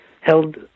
held